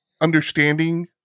understanding